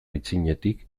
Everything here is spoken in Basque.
aitzinetik